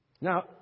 Now